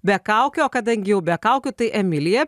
be kaukių o kadangi jau be kaukių tai emilija